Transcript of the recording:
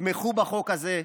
תמכו בחוק הזה,